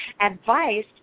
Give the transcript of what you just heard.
advice